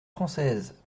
française